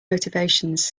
motivations